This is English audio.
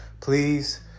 Please